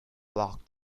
block